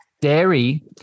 Dairy